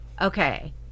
Okay